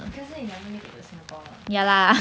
可是 it never make it to singapore mah